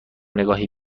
نگاهی